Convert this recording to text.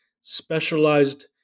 specialized